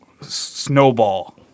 snowball